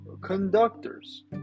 conductors